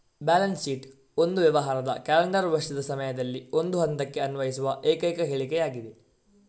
balance sheet ಒಂದು ವ್ಯವಹಾರದ calendar ವರ್ಷದ ಸಮಯದಲ್ಲಿ ಒಂದು ಹಂತಕ್ಕೆ ಅನ್ವಯಿಸುವ ಏಕೈಕ ಹೇಳಿಕೆಯಾಗಿದೆ